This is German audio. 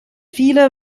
viele